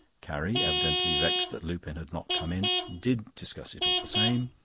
carrie, evidently vexed that lupin had not come in, did discuss it all the same,